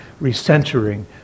recentering